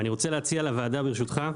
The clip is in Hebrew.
אני רוצה להציע לוועדה, ברשותך,